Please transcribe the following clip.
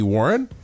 Warren